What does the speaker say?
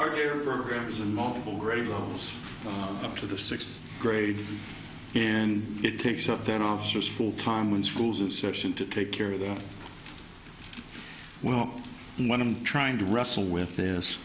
in multiple grade levels up to the sixth grade and it takes up then officers full time when school's a session to take care of the well when i'm trying to wrestle with this